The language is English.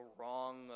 wrong